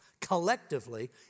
collectively